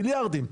מיליארדים.